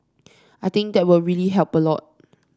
I think that will really help a lot